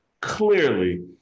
clearly